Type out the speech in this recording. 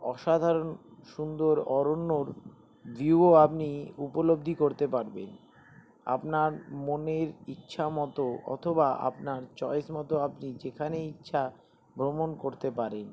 অসাধারণ সুন্দর অরণ্যর ভিউও আপনি উপলব্ধি করতে পারবেন আপনার মনের ইচ্ছা মতো অথবা আপনার চয়েস মতো আপনি যেখানে ইচ্ছা ভ্রমণ করতে পারেন